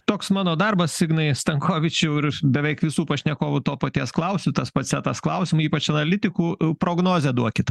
toks mano darbas ignai stankovičių ir beveik visų pašnekovų to paties klausiu tas pats setas klausimų ypač analitikų prognozę duokit